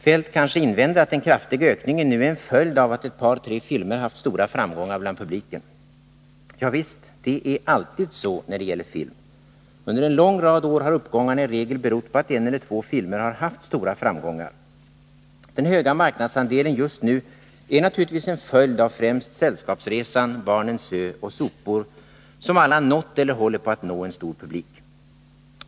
Kjell-Olof Feldt invänder kanske att den kraftiga ökningen nu är en följd av att ett par tre filmer har haft stora framgångar bland publiken. Ja visst, det är alltid så när det gäller film. Under en lång rad av år har uppgångarna i regel berott på att en eller två filmer har haft stora framgångar. Den stora marknadsandelen just nu är naturligtvis en följd av främst Sällskapsresan, Barnens ö och Sopor, som alla nått eller håller på att nå en stor publik.